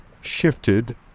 shifted